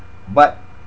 but